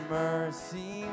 mercy